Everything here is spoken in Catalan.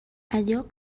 allò